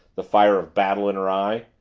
the fire of battle in her eye.